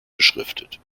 beschriftet